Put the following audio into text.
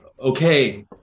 okay